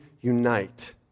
unite